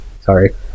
Sorry